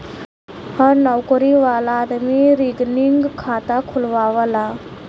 हर नउकरी वाला आदमी रिकरींग खाता खुलवावला